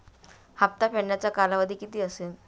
हप्ता फेडण्याचा कालावधी किती असेल?